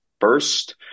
first